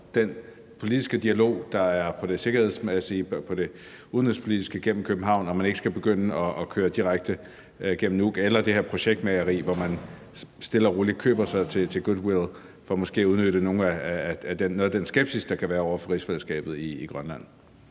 den politiske dialog, der er på det sikkerhedsmæssige og på det udenrigspolitiske område, gennem København, og at man ikke skal begynde at køre direkte gennem Nuuk eller det her projektmageri, hvor man stille og roligt køber sig til goodwill for måske at udnytte noget af den skepsis, der kan være over for rigsfællesskabet i Grønland.